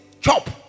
chop